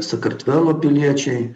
sakartvelo piliečiai